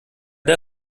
der